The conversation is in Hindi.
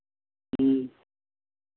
ह्म्म